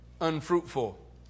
unfruitful